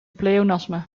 pleonasme